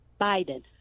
biden